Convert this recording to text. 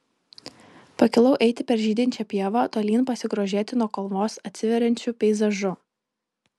pakilau eiti per žydinčią pievą tolyn pasigrožėti nuo kalvos atsiveriančiu peizažu